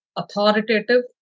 authoritative